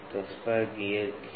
तो spur gear क्यों